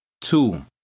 Two